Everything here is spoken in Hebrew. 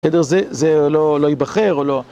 חדר זה, זה לא, לא ייבחר, או לא...